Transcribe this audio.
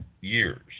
years